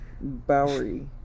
bowery